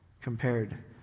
compared